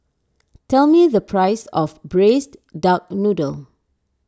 tell me the price of Braised Duck Noodle